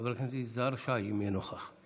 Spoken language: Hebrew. חבר הכנסת יזהר שי, אם יהיה נוכח.